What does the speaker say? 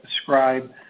describe